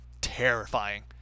terrifying